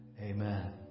Amen